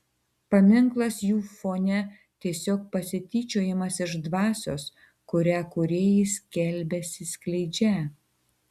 paminklas jų fone tiesiog pasityčiojimas iš dvasios kurią kūrėjai skelbiasi skleidžią